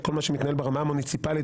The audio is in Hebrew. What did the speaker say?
וכל מה שמתנהל ברמה המוניציפלית,